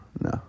no